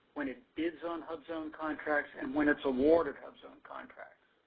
when it bids on hubzone contract and when its awarded hubzone contract.